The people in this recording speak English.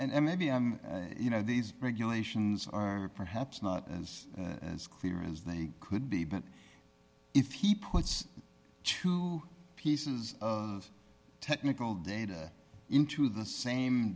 and maybe you know these regulations are perhaps not as as clear as they could be but if he puts two pieces of technical data into the same